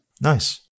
Nice